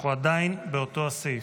עדיין לאותו הסעיף.